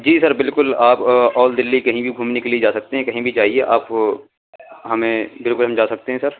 جی sir بالکل آپ all Delhi کہیں بھی گھومنے کے لیے جا سکتے ہیں کہیں بھی جائیے آپ ہمیں دیوبند جا سکتے ہیں سر